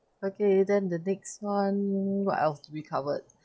okay then the next one what else we covered